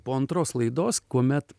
po antros laidos kuomet